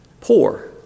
poor